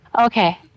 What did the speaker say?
Okay